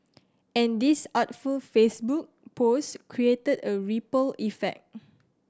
and this artful Facebook post created a ripple effect